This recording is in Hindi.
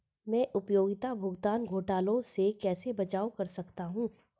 मैं उपयोगिता भुगतान घोटालों से कैसे बचाव कर सकता हूँ?